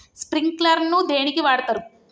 Sprinkler ను దేనికి వాడుతరు?